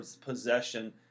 possession